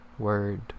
word